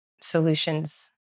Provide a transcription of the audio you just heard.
solutions